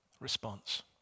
response